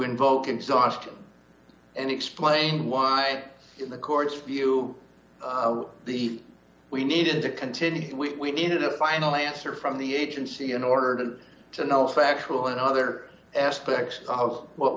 invoke exhaustion and explain why in the court's view the we needed to continue we needed a final answer from the agency in order to channel factual and other aspects of what